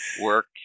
Work